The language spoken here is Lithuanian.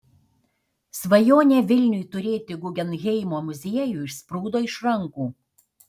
svajonė vilniui turėti guggenheimo muziejų išsprūdo iš rankų